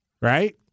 Right